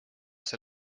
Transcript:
see